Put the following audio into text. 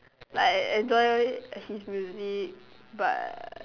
but enjoy his music but